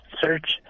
search